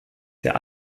der